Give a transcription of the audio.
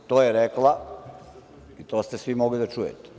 To je rekla i to ste svi mogli da čujete.